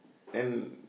then